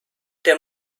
der